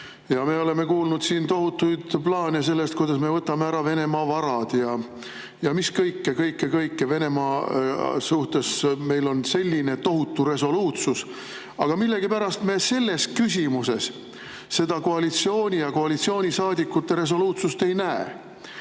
Me oleme kuulnud siin tohutuid plaane selle kohta, kuidas me võtame ära Venemaa varad, ja mis kõike-kõike-kõike veel teeme Venemaa suhtes. Meil on selline tohutu resoluutsus, aga millegipärast me selles küsimuses koalitsiooni ja koalitsioonisaadikute resoluutsust ei näe.